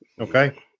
Okay